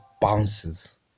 bounces